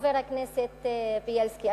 חבר הכנסת בילסקי,